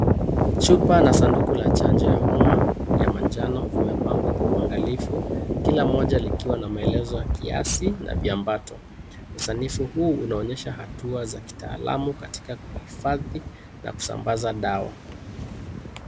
Chupa na sanduku la chanjo ya homa ya manjano imepangwa kwa uangalifu ,kila moja likiwa na maelezo ya kiasi na viambato. Usanifu huu unaonyesha hatua za kitaalamu katika kuhifadhi na kusambaza dawa.